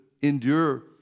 endure